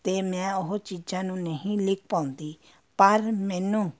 ਅਤੇ ਮੈਂ ਉਹ ਚੀਜ਼ਾਂ ਨੂੰ ਨਹੀਂ ਲਿਖ ਪਾਉਂਦੀ ਪਰ ਮੈਨੂੰ